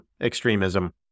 extremism